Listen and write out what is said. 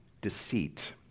Deceit